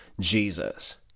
Jesus